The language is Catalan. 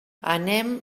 anem